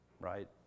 right